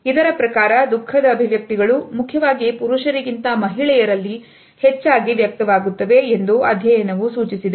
ಇದರ ಪ್ರಕಾರ ದುಃಖದ ಅಭಿವ್ಯಕ್ತಿಗಳು ಮುಖ್ಯವಾಗಿ ಪುರುಷರಿಗಿಂತ ಮಹಿಳೆಯರಲ್ಲಿ ಹೆಚ್ಚಾಗಿ ವ್ಯಕ್ತವಾಗುತ್ತವೆ ಎಂದು ಅಧ್ಯಯನವು ಸೂಚಿಸಿದೆ